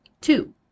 Two